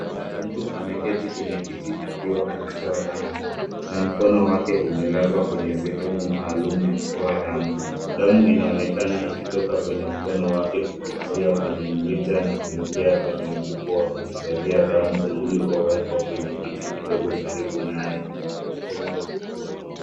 Mtu ameketi kwenye kiti akiwa anatoa damu na mkono wake umelazwa kwenye sehemu maalum ya kutoa damu. Damu inaonekana ikitoka kwenye mkono wake kupitia kwenye mrija na kuingia kwenye mfuko wa kuhifadhia damu uliowekwa kwenye kiti kidogo karibu naye.